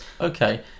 okay